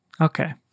Okay